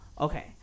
Okay